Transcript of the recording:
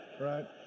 Right